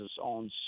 on